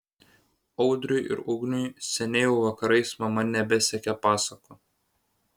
audriui ir ugniui seniai jau vakarais mama nebesekė pasakų